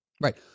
Right